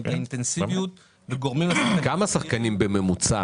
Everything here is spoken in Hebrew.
את האינטנסיביות וגורמים לשחקנים --- כמה שחקנים בממוצע